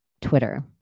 Twitter